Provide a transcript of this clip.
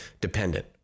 dependent